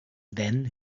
then